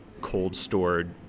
cold-stored